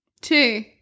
Two